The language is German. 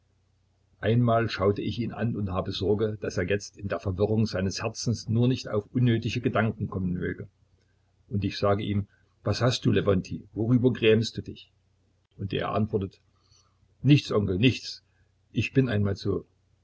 einmal schaue ich ihn an und habe sorge daß er jetzt in der verwirrung seines herzens nur nicht auf unnötige gedanken kommen möge und ich sage ihm was hast du lewontij worüber grämst du dich und er antwortet nichts onkel nichts ich bin einmal so